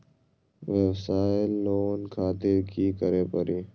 वयवसाय लोन खातिर की करे परी?